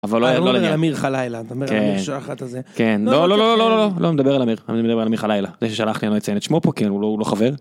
אבל אני לא אמריך לילה אתה מרגיש אחת הזה כן לא לא לא לא לא לא מדבר על אמיר אני מדבר על מיכל אילה זה שאני לא יכול לציין את שמו פה כי הוא לא הוא לא חבר.